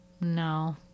No